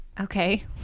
Okay